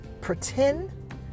pretend